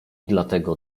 dlatego